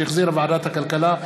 שהחזירה ועדת הכלכלה,